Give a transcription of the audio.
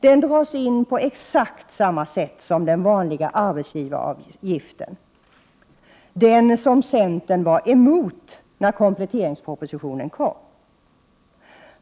Den dras in på exakt samma sätt som den vanliga arbetsgivaravgiften — den som centern var emot när kompletteringspropositionen kom.